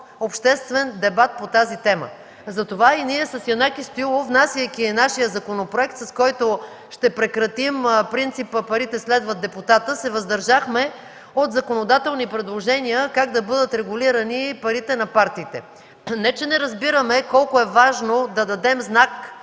обществен дебат по тази тема. Затова с Янаки Стоилов, внасяйки нашия законопроект, с който ще прекратим принципа „парите следват депутата”, се въздържахме от законодателни предложения как да бъдат регулирани парите на партиите. Не че не разбираме колко е важно да дадем знак